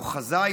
או חזה,